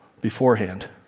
beforehand